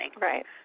Right